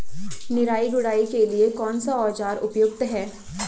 निराई गुड़ाई के लिए कौन सा औज़ार उपयुक्त है?